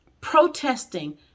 protesting